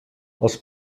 els